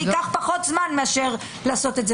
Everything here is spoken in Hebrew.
ייקח פחות זמן מאשר בכתב.